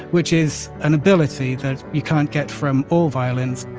which is an ability that you can't get from all violins